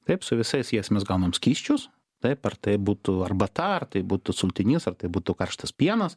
taip su visais jais mes gaunam skysčius taip ar tai būtų arbata ar tai būtų sultinys ar tai būtų karštas pienas